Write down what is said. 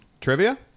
trivia